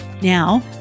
Now